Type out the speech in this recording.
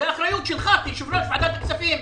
זאת אחריות שלך כיושב-ראש ועדת הכספים.